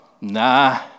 Nah